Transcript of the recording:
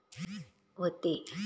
व्हते